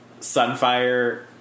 Sunfire